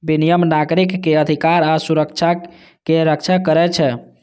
विनियम नागरिक अधिकार आ सुरक्षा के रक्षा करै छै